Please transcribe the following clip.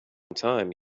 time